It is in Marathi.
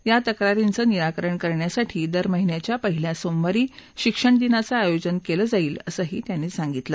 या तक्रारींचं निराकरण करण्यासाठी दर महिन्याच्या पहिल्या सोमवारी शिक्षणदिनाचं आयोजन केलं जाईल असंही त्यांनी सांगितलं